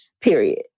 period